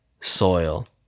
soil